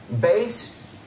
based